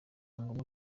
ngombwa